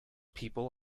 people